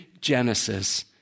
Genesis